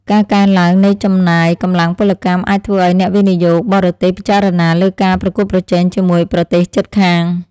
ការកើនឡើងនៃចំណាយកម្លាំងពលកម្មអាចធ្វើឱ្យអ្នកវិនិយោគបរទេសពិចារណាលើការប្រកួតប្រជែងជាមួយប្រទេសជិតខាង។